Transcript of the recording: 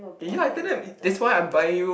ya after that that's why I'm buying you